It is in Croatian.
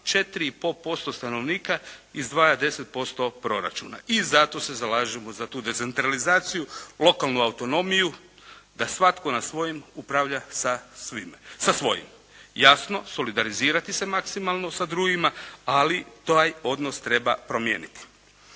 posto stanovnika izdvaja 10% proračuna. I zato se zalažemo za tu decentralizaciju, lokalnu autonomiju da svatko na svojim upravlja sa svojim. Jasno solidarizirati se maksimalno sa drugima, ali taj odnos treba promijeniti.